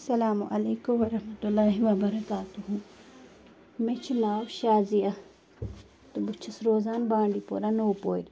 اَلسلامُ علیکُم وَرحمتُہ اللہِ وَبَرکاتہوٗ مےٚ چھِ ناو شازیہ تہٕ بہٕ چھَس روزان بانٛڈی پوٗرا نوٚو پورِ